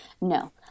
no